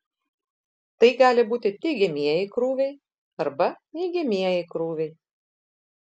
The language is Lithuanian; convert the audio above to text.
tai gali būti teigiamieji krūviai arba neigiamieji krūviai